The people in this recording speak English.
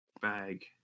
bag